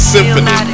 Symphony